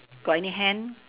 got any hand